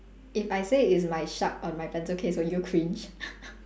if I say it's my shark on my pencil case will you cringe